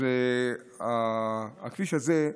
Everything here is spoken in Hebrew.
הכביש הזה,